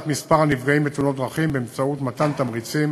מספר הנפגעים בתאונות דרכים באמצעות מתן תמריצים